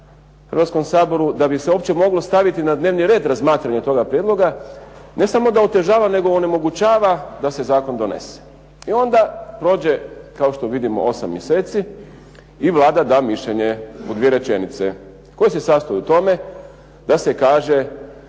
Hrvatskom saboru da bi se uopće moglo staviti na dnevni red razmatranje toga prijedloga ne samo da otežava nego onemogućava da se zakon donese. I onda prođe, kao što vidimo, osam mjeseci i Vlada da mišljenje u dvije rečenice koje se sastoji u tome da se kaže